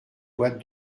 boîte